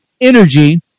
energy